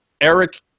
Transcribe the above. Eric